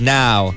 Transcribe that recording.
now